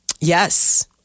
yes